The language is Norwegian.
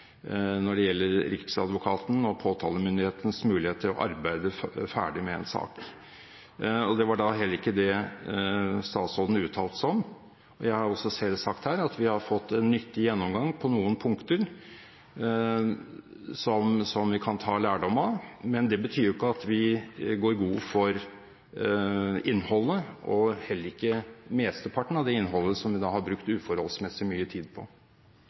når det gjelder Riksadvokatens og påtalemyndighetenes mulighet til å arbeide seg ferdig med en sak. Det var heller ikke det statsråden uttalte seg om. Jeg har også selv sagt her at vi har fått en nyttig gjennomgang på noen punkter, som vi kan ta lærdom av, men det betyr ikke at vi går god for innholdet – heller ikke mesteparten av det innholdet som vi har brukt uforholdsmessig mye tid på.